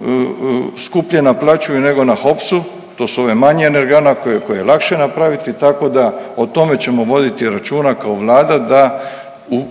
ODS-u skuplje naplaćuju nego na HOPS-u, to su ove manje energane koje, koje je lakše napraviti, tako da o tome ćemo voditi računa kao vlada da